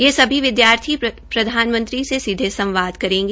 ये सभी विदयार्थी प्रधानमंत्री से सीधे संवाद करेंग